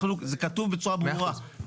זה כתוב בצורה ברורה,